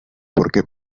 porque